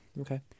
Okay